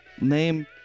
name